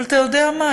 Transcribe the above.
אבל אתה יודע מה?